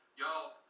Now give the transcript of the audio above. y'all